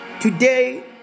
today